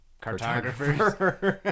cartographers